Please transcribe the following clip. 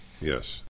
Yes